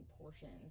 portions